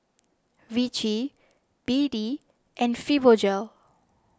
Vichy B D and Fibogel